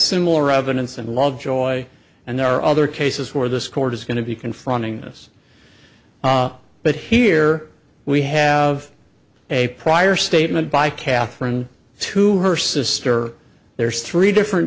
similar evidence and lovejoy and there are other cases where this court is going to be confronting this but here we have a prior statement by catherine to her sister there's three different